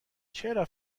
چرا